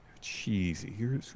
Cheesy